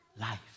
life